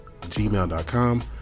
gmail.com